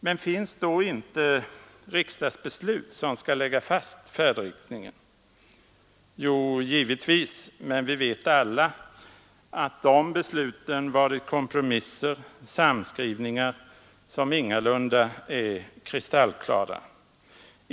Men finns då inte riksdagsbeslut som skall lägga fast färdriktningen? Jo, givetvis, men vi vet alla att de besluten var kompromisser och samskrivningar som ingalunda är kristallklara.